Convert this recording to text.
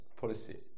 Policy